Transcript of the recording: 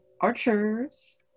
archers